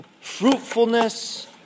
fruitfulness